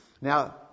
Now